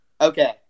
okay